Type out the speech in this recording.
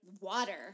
water